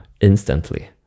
instantly